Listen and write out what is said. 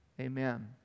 Amen